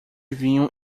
vinho